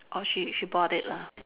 orh she she bought it lah